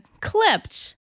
clipped